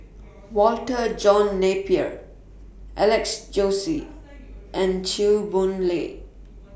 Walter John Napier Alex Josey and Chew Boon Lay